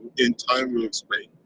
in time we'll explain,